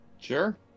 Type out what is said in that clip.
Sure